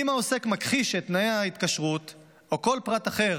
אם העוסק מכחיש את תנאי ההתקשרות או כל פרט אחר